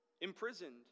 imprisoned